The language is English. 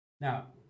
Now